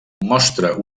mostra